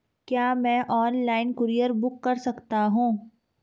क्या मैं online courier book कर सकता हूँ?